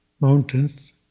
mountains